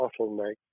bottleneck